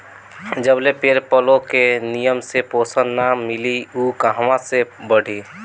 जबले पेड़ पलो के निमन से पोषण ना मिली उ कहां से बढ़ी